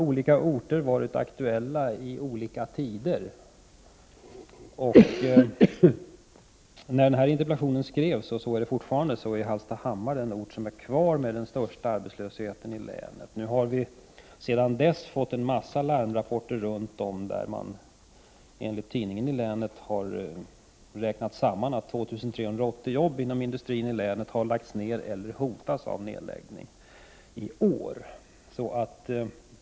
Olika orter har varit aktuella under olika tider. Hallstahammar är fortfarande den ort som har den största arbetslösheten i länet. Efter det att interpellationen skrevs har det kommit en mängd larmrapporter därifrån, i vilka man — enligt tidningen i länet — har räknat fram att 2 380 jobb inom industrin i länet har lagts ned eller hotas av nedläggning i år.